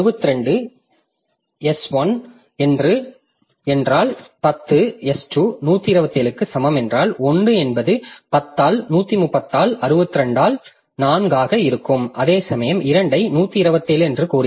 S1 என்றால் 10 S2 127 க்கு சமம் என்றால் 1 என்பது 10 ஆல் 137 ஆல் 62 4 ஆக இருக்கும் அதே சமயம் 2 ஐ 127 என்று கூறுகிறது